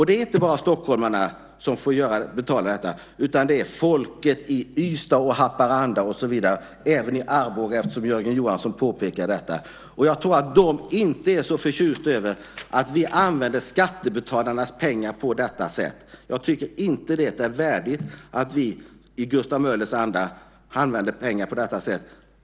Det är inte bara stockholmarna som får betala för detta, utan det är folket i Ystad, Haparanda eller i Arboga, som Jörgen Johansson talar om. Jag tror inte att de är förtjusta i att vi använder skattebetalarnas pengar på detta sätt. Jag tycker inte att det är värdigt att vi, i Gustav Möllers anda, använder pengar på detta sätt.